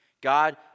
God